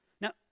Now